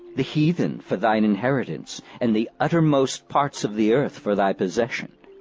the heathen for thine inheritance, and the uttermost parts of the earth for thy possession.